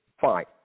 Fine